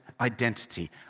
identity